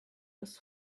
was